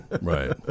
right